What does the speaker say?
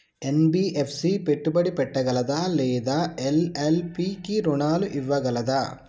NBFC పెట్టుబడి పెట్టగలదా లేదా ఎల్.ఎల్.పి కి రుణాలు ఇవ్వగలదా?